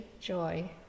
joy